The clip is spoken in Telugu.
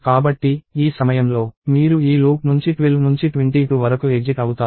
కాబట్టి ఈ సమయంలో మీరు ఈ లూప్ నుంచి 12 నుంచి 22 వరకు ఎగ్జిట్ అవుతారు